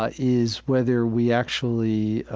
ah is whether we actually,